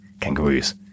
kangaroos